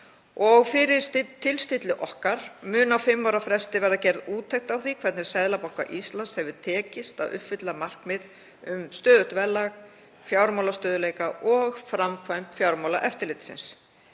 og fyrir tilstilli okkar mun á fimm ára fresti verða gerð úttekt á því hvernig Seðlabanka Íslands hefur tekist að uppfylla markmið um stöðugt verðlag, fjármálastöðugleika og framkvæmd fjármálaeftirlitsins.